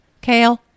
kale